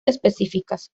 específicas